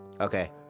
Okay